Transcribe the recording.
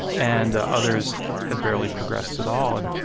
and ah others had barely progressed at all. and,